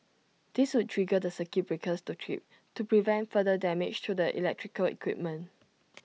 this would trigger the circuit breakers to trip to prevent further damage to the electrical equipment